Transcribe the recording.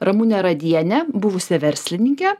ramūne radiene buvusia verslininke